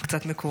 אני קצת מקוררת,